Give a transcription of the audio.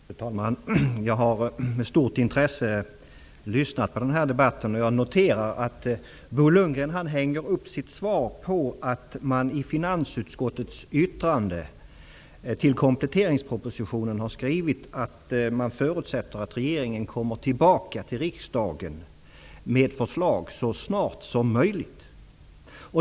Fru talman! Jag har med stort intresse lyssnat på den här debatten, och jag noterar att Bo Lundgren hänger upp sitt svar på att man i finansutskottets yttrande till kompletteringspropositionen har skrivit att man förutsätter att regeringen kommer tillbaka till riksdagen med förslag så snart som möjligt.